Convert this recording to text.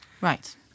Right